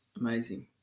amazing